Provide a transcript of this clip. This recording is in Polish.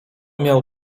miał